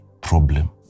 problem